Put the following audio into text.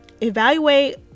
Evaluate